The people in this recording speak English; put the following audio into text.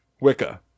Wicca